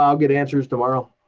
um get answers tomorrow.